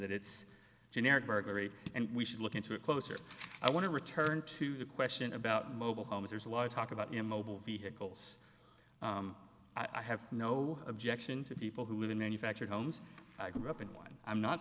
that it's generic burglary and we should look into it closer i want to return to the question about mobile homes there's a lot of talk about the mobile vehicles i have no objection to people who live in manufactured homes up in one i'm not